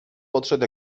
podszedł